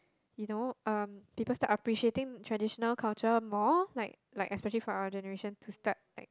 you know um people start appreciate traditional cultural more like like especially for our generation to start like